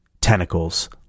Tentacles